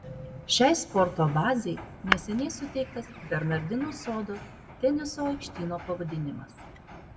šiai sporto bazei neseniai suteiktas bernardinų sodo teniso aikštyno pavadinimas